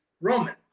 Roman